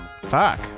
Fuck